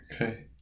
Okay